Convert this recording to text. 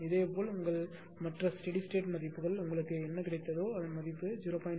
இதேபோல் உங்கள் மற்ற ஸ்டெடி ஸ்டேட் மதிப்புகள் உங்களுக்கு என்ன கிடைத்ததோ மதிப்பு 0